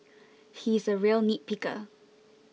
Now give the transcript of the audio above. he is a real nitpicker